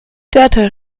dörte